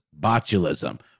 botulism